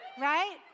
Right